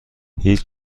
هیچ